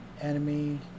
enemy